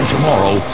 Tomorrow